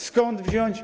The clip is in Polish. Skąd wziąć.